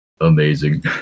Amazing